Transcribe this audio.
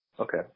Okay